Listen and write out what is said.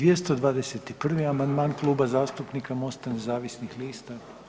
221. amandman Kluba zastupnika MOST-a nezavisnih lista.